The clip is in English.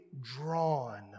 drawn